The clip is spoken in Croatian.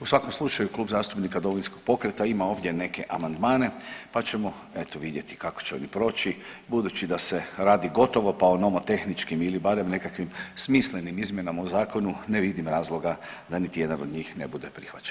U svakom slučaju Klub zastupnika Domovinskog pokreta ima ovdje neke amandmane pa ćemo vidjeti kako će oni proći budući da se radi gotovo o nomotehničkim ili barem nekakvim smislenim izmjenama u zakonu ne vidim razloga da niti jedan od njih n bude prihvaćen.